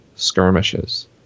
skirmishes